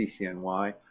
CCNY